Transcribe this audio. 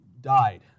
died